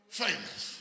famous